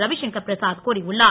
ரவிசங்கர் பிரசாத் கூறியுள்ளார்